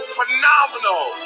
phenomenal